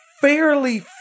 fairly